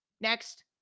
Next